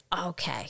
okay